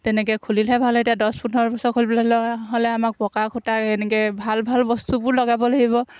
তেনেকৈ খুলিলেহে ভাল হয় এতিয়া দহ পোন্ধৰ বছৰ খুলিবলৈ হ'লে আকৌ আমাক পকা খুটা এনেকৈ ভাল ভাল বস্তুবোৰ লগাব লাগিব